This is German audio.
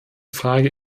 frage